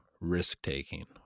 risk-taking